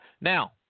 Now